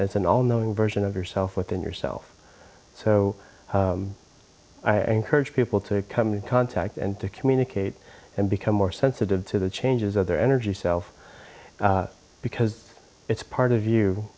it's an all knowing version of yourself within yourself so i encourage people to come in contact and to communicate and become more sensitive to the changes of their energy self because it's part of